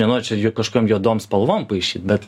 nenoriu čia jo kažkokiom juodom spalvom paišyt bet